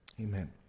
Amen